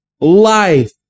life